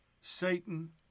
Satan